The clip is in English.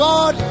God